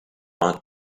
want